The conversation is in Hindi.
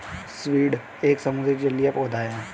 सीवूड एक समुद्री जलीय पौधा है